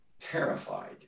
terrified